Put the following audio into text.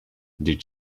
did